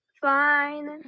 Fine